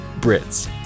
Brits